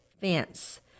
fence